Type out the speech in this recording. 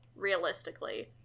realistically